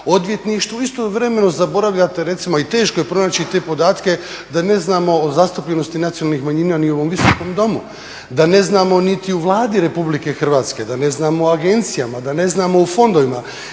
odvjetništvu, istovremeno zaboravljate recimo i teško je pronaći te podatke, da ne znamo o zastupljenosti nacionalnih manjina ni u ovom visokom domu, da ne znamo niti u Vladi Republike Hrvatske, da ne znamo u agencijama, da ne znamo u fondovima.